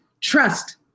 trust